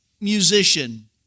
musician